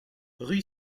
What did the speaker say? rue